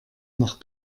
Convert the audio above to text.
noch